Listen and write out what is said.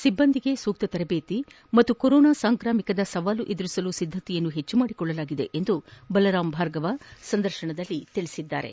ಸಿಬ್ಲಂದಿಗೆ ಸೂಕ್ತ ತರದೇತಿ ಮತ್ತು ಕೊರೋನಾ ಸಾಂಕ್ರಾಮಿಕದ ಸವಾಲು ಎದುರಿಸಲು ಸಿದ್ದತೆಯನ್ನು ಹೆಚ್ಚಿಸಲಾಗಿದೆ ಎಂದು ಬಲರಾಮ್ ಭಾರ್ಗವ ಸಂದರ್ಶನದಲ್ಲಿ ತಿಳಿಸಿದರು